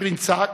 שפרינצק